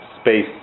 space